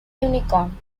unicorn